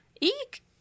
Eek